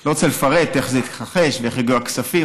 לא רוצה לפרט איך זה התרחש ואיך הגיעו הכספים,